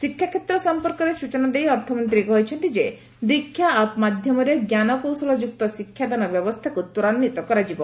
ଶିକ୍ଷାକ୍ଷେତ୍ର ସଂପର୍କରେ ସ୍ରଚନା ଦେଇ ଅର୍ଥମନ୍ତ୍ରୀ କହିଛନ୍ତି ଯେ 'ଦୀକ୍ଷା ଆପ୍' ମାଧ୍ଘମରେ ଶିକ୍ଷାଦାନ ବ୍ୟବସ୍ଥାକୁ ତ୍ୱରାନ୍ୱିତ କରାଯିବ